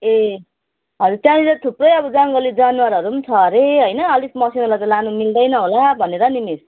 ए हजुर त्यहाँनिर थुप्रै अब जङ्गली जनावरहरू पनि छ अरे होइन अलिक मसिनोलाई त लानु मिल्दैन होला भनेर नि मिस